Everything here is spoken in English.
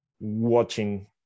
watching